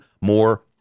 more